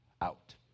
out